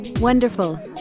Wonderful